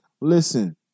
listen